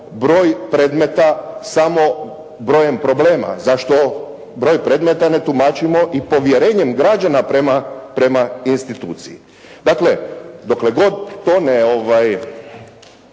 broj predmeta samo brojem problema. Zašto broj predmeta na tumačimo i povjerenjem građana prema instituciji. Dakle, dokle god to ne